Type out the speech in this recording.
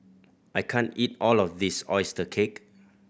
I can't eat all of this oyster cake